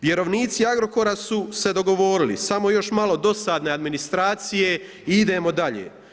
Vjerovnici Agrokora su se dogovorili, samo još malo dosadne administracije i idemo dalje.